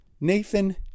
nathan